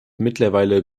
mittlerweile